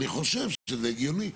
אני חושב שזה הגיוני.